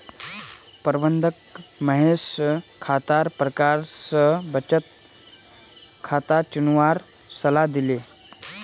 प्रबंधक महेश स खातार प्रकार स बचत खाता चुनवार सलाह दिले